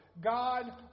God